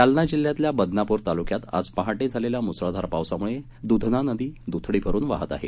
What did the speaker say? जालना जिल्ह्यातल्या बदनापूर तालुक्यात आज पहाटे झालेल्या मुसळधार पावसामुळे दुधना नदी दुथडी भरून वाहत आहे